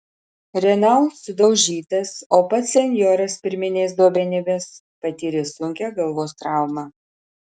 renault sudaužytas o pats senjoras pirminiais duomenimis patyrė sunkią galvos traumą